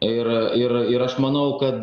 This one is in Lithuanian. ir ir ir aš manau kad